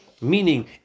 Meaning